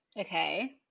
Okay